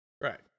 Right